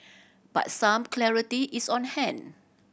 but some clarity is on hand